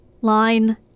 line